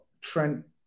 Trent